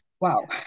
wow